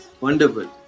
Wonderful